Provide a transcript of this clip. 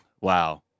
wow